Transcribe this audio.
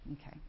Okay